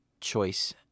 choice